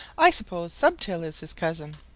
i suppose stubtail is his cousin.